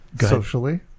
socially